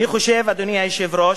אדוני היושב-ראש,